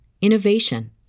innovation